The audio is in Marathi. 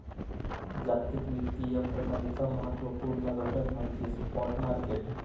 जागतिक वित्तीय प्रणालीचा महत्त्व पूर्ण घटक म्हणजे स्पॉट मार्केट